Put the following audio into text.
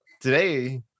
today